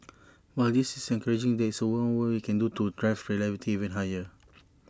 while this is encouraging there is more we can do to drive reliability even higher